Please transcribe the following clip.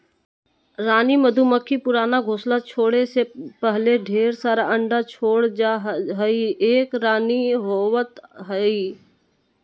रानी मधुमक्खी पुराना घोंसला छोरै से पहले ढेर सारा अंडा छोड़ जा हई, एक रानी होवअ हई